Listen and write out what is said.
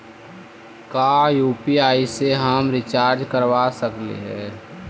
का यु.पी.आई से हम रिचार्ज करवा सकली हे?